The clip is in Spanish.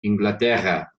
inglaterra